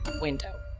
window